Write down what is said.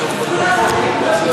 אדוני.